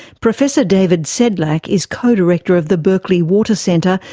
professor david sedlak is co-director of the berkeley water center,